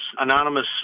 anonymous